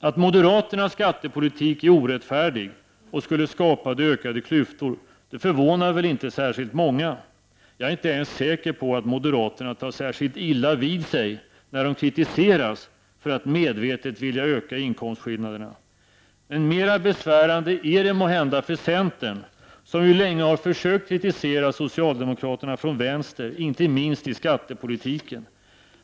Att moderaternas orättfärdiga skattepolitik skulle skapa ökade klyftor förvånar väl inte särskilt många. Jag är inte ens säker på att moderaterna tar särskilt illa vid sig när de kritiseras för att medvetet vilja öka inkomstskillnaderna. Mera besvärande är det måhända för centern, som ju länge har försökt att kritisera socialdemokraterna från vänster, inte minst i skattepolitiken.